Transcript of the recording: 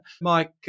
Mike